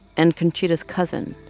and conchita's cousin.